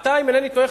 אם אני לא טועה,